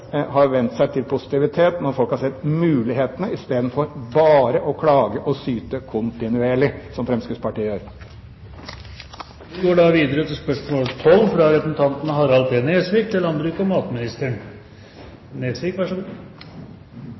har vendt seg til positivitet når folk har sett mulighetene – istedenfor at man bare klager og syter kontinuerlig, som Fremskrittspartiet gjør. Spørsmål 11 er allerede besvart. Jeg vil stille følgende spørsmål til landbruks- og matministeren: